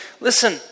listen